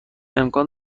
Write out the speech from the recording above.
امکان